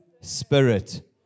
spirit